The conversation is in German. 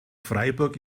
freiburg